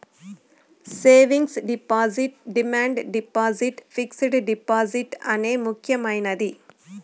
savings deposit demand deposit fixed deposit అనే ముక్యమైనది